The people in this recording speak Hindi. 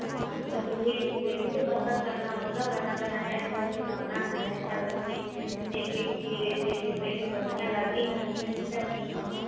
आगे मुझे यह भी तो पता करना होगा कि बना बनाया घर जो बना है क्या उसमें गिट्टी रेती सीमेन्ट बढ़ियाँ लगा है कि नहीं लगा है